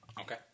Okay